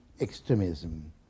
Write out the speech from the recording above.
extremism